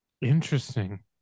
interesting